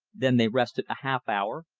then they rested a half hour,